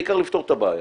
העיקר לפתור את הבעיה.